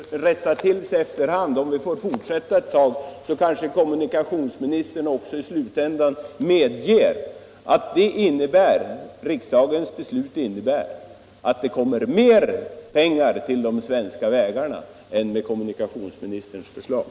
Herr talman! Det rättar till sig efter hand. Om vi får fortsätta ett tag, så kanske kommunikationsministern i slutändan medger att riksdagens beslut innebär mer pengar till de svenska vägarna än det skulle ha blivit om riksdagen bifallit kommunikationsministerns förslag.